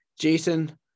Jason